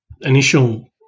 initial